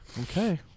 Okay